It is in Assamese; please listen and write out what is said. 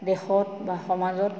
দেশত বা সমাজত